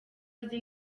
azi